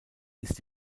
ist